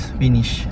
finish